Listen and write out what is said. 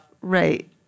Right